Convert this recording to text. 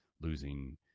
losing